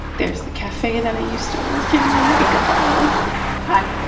there's the cafe that i used to work in oh, my god um ah hi.